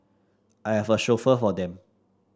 I have a chauffeur for them